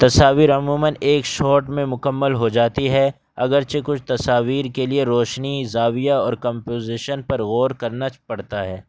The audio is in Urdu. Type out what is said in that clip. تصاویر عموماً ایک شارٹ میں مکمل ہو جاتی ہے اگرچہ کچھ تصاویر کے لیے روشنی زاویہ اور کمپوزیشن پر غور کرنا پڑتا ہے